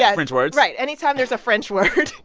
yeah french words? right. any time there's a french word,